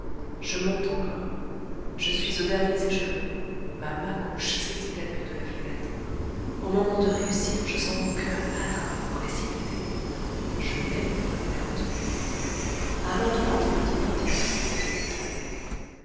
je monte encore je suis aux derniers échelons ma main gauche saisit l'appui de la fenêtre au moment de réussir je sens mon cœur battre à coups précipités je mets mon revolver entre mes dents ma main droite maintenant tient aussi l'appui de la fenêtre